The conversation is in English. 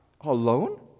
alone